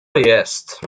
jest